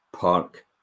park